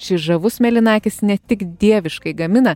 šis žavus mėlynakis ne tik dieviškai gamina